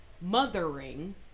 mothering